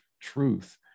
truth